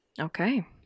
Okay